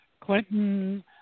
Clinton